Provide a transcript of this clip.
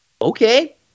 okay